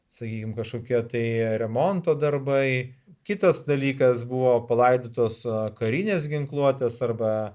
sakykime kažkokia tai remonto darbai kitas dalykas buvo palaidotos su karinės ginkluotės arba